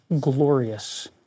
glorious